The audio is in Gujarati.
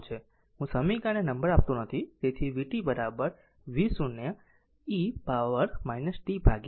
હું સમીકરણને નંબર આપતો નથી તેથી vt v0 e power tRC